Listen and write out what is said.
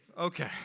okay